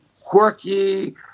quirky